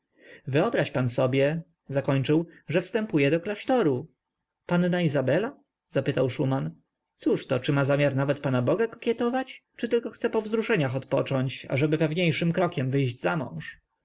wyobraź pan sobie zakończył że wstępuje do klasztoru panna izabela zapytał szuman cóżto czy ma zamiar nawet pana boga kokietować czy tylko chce po wzruszeniach odpocząć ażeby pewniejszym krokiem wyjść zamąż